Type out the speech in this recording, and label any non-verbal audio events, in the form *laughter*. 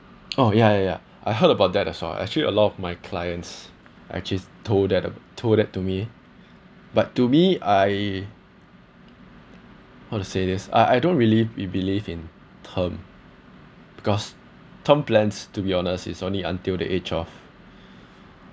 oh yeah yeah yeah I heard about that also actually a lot of my clients actually told that uh told that to me but to me I how to say this ah I don't really be believe in term because term plans to be honest is only until the age of *breath*